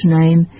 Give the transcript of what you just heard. name